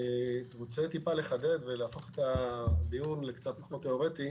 אני רוצה קצת לחדד ולהפוך את הדיון לקצת פחות תיאורטי